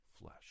flesh